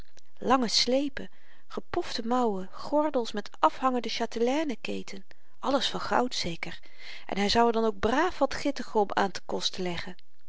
lange sleepen gepofte mouwen gordels met afhangende châtelaine keten alles van goud zeker en hy zou er dan ook braaf wat gittegom aan te koste leggen